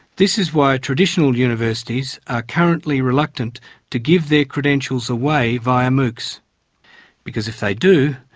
this is why traditional universities are currently reluctant to give their credentials away via moocs because if they do,